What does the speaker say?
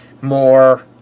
more